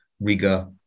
Riga